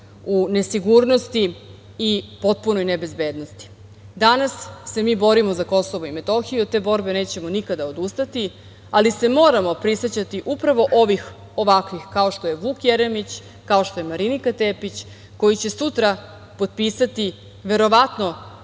u nesigurnosti i potpunoj nebezbednosti. Danas se mi borimo za Kosovo i Metohiju. Od te borbe nećemo nikada odustati, ali se moramo prisećati upravo ovih ovakvih, kao što je Vuk Jeremić, kao što je Marinika Tepić, koji će sutra potpisati, verovatno,